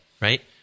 right